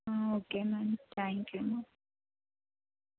okay ma'am thank you ma'am